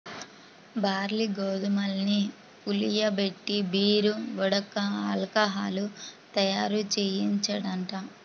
barley, గోధుమల్ని పులియబెట్టి beer, vodka, alcohol తయ్యారుజెయ్యొచ్చంట